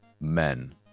men